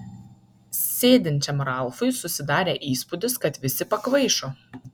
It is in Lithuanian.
sėdinčiam ralfui susidarė įspūdis kad visi pakvaišo